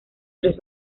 tres